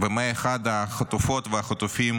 ו-101 החטופות והחטופים